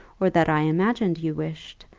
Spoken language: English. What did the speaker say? or that i imagined you wished,